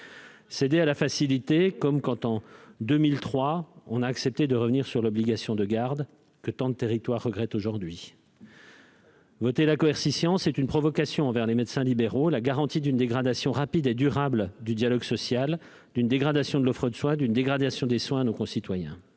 céder à la facilité, comme quand en 2003 on a accepté de revenir sur l'obligation de garde, que tant de territoires regrettent aujourd'hui. Très bien ! Ce serait une provocation envers les médecins libéraux et la garantie d'une dégradation rapide et durable du dialogue social, d'une dégradation de l'offre de soins et d'une dégradation des soins eux-mêmes.